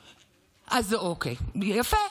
יפה.